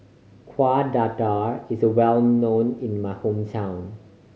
Kuih Dadar is well known in my hometown